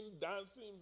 dancing